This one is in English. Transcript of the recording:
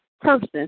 person